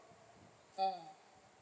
mm